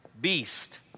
beast